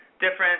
different